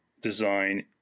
design